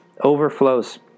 overflows